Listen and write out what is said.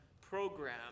program